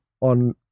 on